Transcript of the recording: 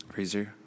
Freezer